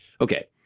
okay